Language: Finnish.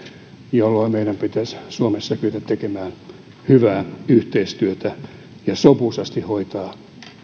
jolloin meidän pitäisi suomessa kyetä tekemään hyvää yhteistyötä ja sopuisasti hoitaa